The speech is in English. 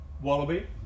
Wallaby